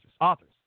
authors